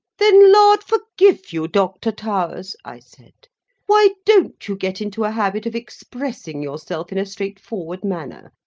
then lard forgive you, doctor towers, i said why don't you get into a habit of expressing yourself in a straightforward manner,